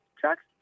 trucks